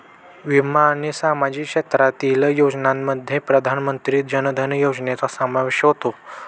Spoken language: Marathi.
विमा आणि सामाजिक क्षेत्रातील योजनांमध्ये प्रधानमंत्री जन धन योजनेचा समावेश होतो